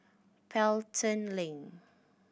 Pelton Link